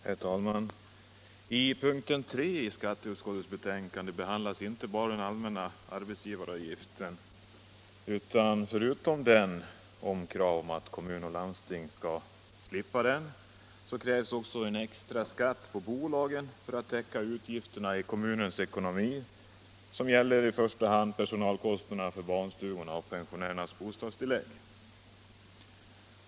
Herr talman! Mom. 3 i skatteutskottets hemställan gäller inte bara den allmänna arbetsgivaravgiften. Förutom att kommun och landsting skall slippa arbetsgivaravgiften krävs i motion 1975/76:171 också en extra skatt på bolagen för att täcka de utgifter i kommunernas ekonomi som gäller i första hand personalkostnaderna för barnstugorna och kostnaderna för pensionärernas bostadstillägg.